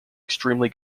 extremely